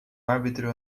árbitro